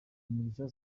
mugisha